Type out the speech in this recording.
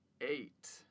Eight